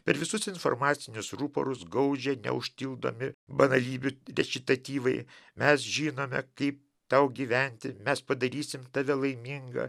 per visus informacinius ruporus gaudžia neužpildomi banalybių rečitatyvai mes žinome kaip tau gyventi mes padarysim tave laimingą